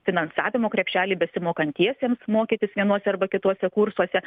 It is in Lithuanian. finansavimo krepšelį besimokantiesiems mokytis vienuose arba kituose kursuose